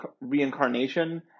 Reincarnation